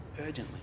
urgently